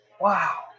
Wow